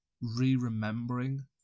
re-remembering